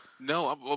no